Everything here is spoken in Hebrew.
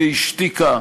והשתיקה,